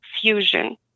fusion